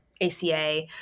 ACA